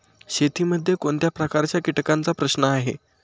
शेतीमध्ये कोणत्या प्रकारच्या कीटकांचा प्रश्न आहे?